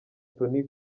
tony